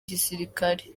gisirikare